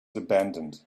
abandoned